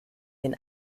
den